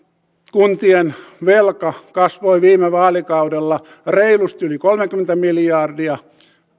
kuntien velka kasvoi viime vaalikaudella reilusti yli kolmekymmentä miljardia